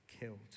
killed